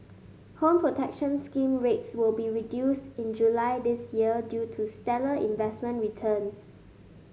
Home Protection Scheme rates will be reduced in July this year due to stellar investment returns